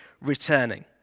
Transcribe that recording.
returning